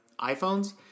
iPhones